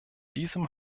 diesem